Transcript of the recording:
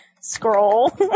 scroll